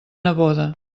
neboda